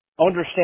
understand